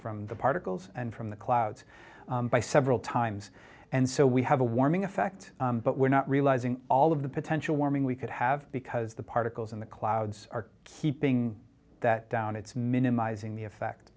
from the particles and from the clouds by several times and so we have a warming effect but we're not realizing all of the potential warming we could have because the particles in the clouds are keeping that down it's minimizing the